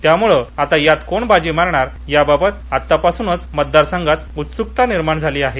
त्यामुळे यात आता कोण बाजी मारणार यावाबत आतापासूनच मतदारसंघात उत्सुकता निर्माण झाली आहे